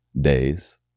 days